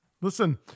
Listen